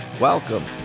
welcome